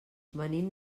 venim